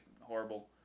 horrible